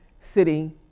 city